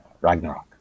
Ragnarok